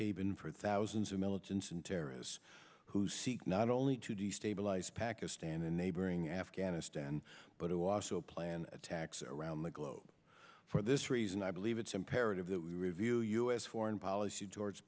haven for thousands of militants and terrorists who seek not only to destabilize pakistan and neighboring afghanistan but to also plan attacks around the globe for this reason i believe it's imperative that we review u s foreign policy towards